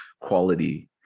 quality